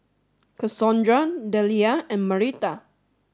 Cassondra Delia and Marita